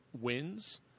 wins